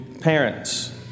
parents